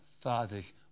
fathers